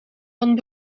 van